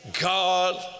God